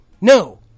no